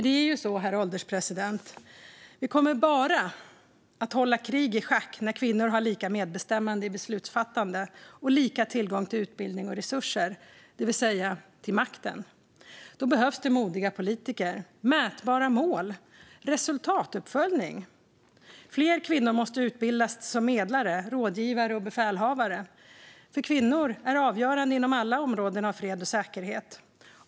Det är ju så, herr ålderspresident, att vi kommer bara att hålla krig i schack när kvinnor har lika medbestämmande i beslutsfattande och lika tillgång till utbildning och resurser, det vill säga makten. Det behövs modiga politiker, mätbara mål och resultatuppföljning. Fler kvinnor måste utbildas till medlare, rådgivare och befälhavare. Kvinnor är avgörande inom alla områden av fred och säkerhet.